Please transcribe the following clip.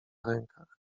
rękach